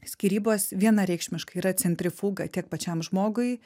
skyrybos vienareikšmiškai yra centrifūga tiek pačiam žmogui